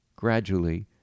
Gradually